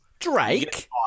drake